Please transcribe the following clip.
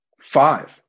Five